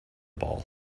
ball